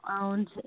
owned